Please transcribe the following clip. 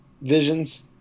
Visions